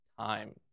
time